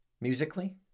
musically